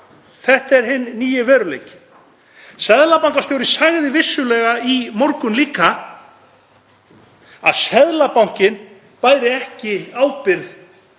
Þetta er hinn nýi veruleiki. Seðlabankastjóri sagði vissulega í morgun líka að Seðlabankinn bæri ekki ábyrgð